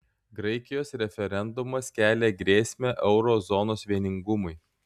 graikijos referendumas kelia grėsmę euro zonos vieningumui